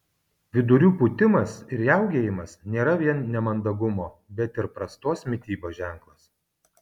vidurių pūtimas ir riaugėjimas nėra vien nemandagumo bet ir prastos mitybos ženklas